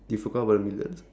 you forgot about the millions uh